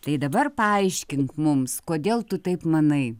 tai dabar paaiškink mums kodėl tu taip manai